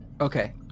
okay